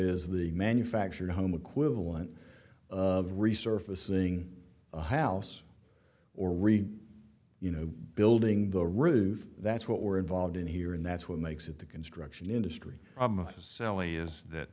is the manufactured home equivalent of resurfacing a house or you know building the roof that's what we're involved in here and that's what makes it the construction industry sally is that